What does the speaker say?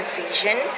vision